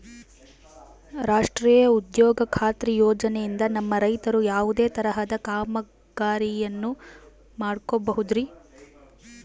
ರಾಷ್ಟ್ರೇಯ ಉದ್ಯೋಗ ಖಾತ್ರಿ ಯೋಜನೆಯಿಂದ ನಮ್ಮ ರೈತರು ಯಾವುದೇ ತರಹದ ಕಾಮಗಾರಿಯನ್ನು ಮಾಡ್ಕೋಬಹುದ್ರಿ?